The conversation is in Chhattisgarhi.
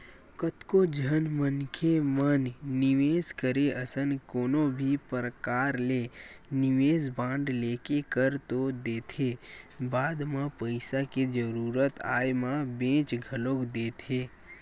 कतको झन मनखे मन निवेस करे असन कोनो भी परकार ले निवेस बांड लेके कर तो देथे बाद म पइसा के जरुरत आय म बेंच घलोक देथे